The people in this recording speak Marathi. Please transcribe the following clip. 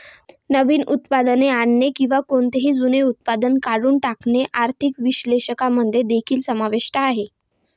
नवीन उत्पादने आणणे किंवा कोणतेही जुने उत्पादन काढून टाकणे आर्थिक विश्लेषकांमध्ये देखील समाविष्ट आहे